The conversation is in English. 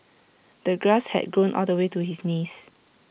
the grass had grown all the way to his knees